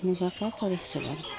সেনেকুৱাকৈ কৰিছিলোঁ